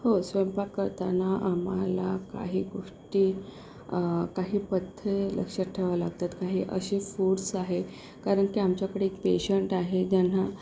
हो स्वयंपाक करताना आम्हाला काही गोष्टी काही पथ्ये लक्षात ठेवाव लागतात काही असे फूड्स आहे कारण की आमच्याकडे एक पेशंट आहे ज्यांना